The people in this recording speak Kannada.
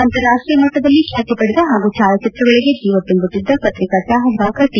ಅಂತಾರಾಷ್ವೀಯ ಮಟ್ಟದಲ್ಲಿ ಖ್ಯಾತಿ ಪಡೆದ ಪಾಗೂ ಛಾಯಾಚಿತ್ರಗಳಿಗೆ ಜೀವ ತುಂಬುತ್ತಿದ್ದ ಪತ್ರಿಕಾ ಛಾಯಾಗ್ರಾಪಕ ಟಿ